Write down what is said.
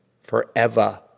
forever